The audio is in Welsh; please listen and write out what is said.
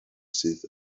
sydd